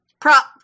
Prop